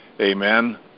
Amen